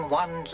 one